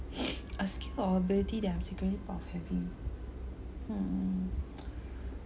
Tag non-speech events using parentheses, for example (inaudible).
(breath) a skill or ability that I'm secretly of having hmm (noise)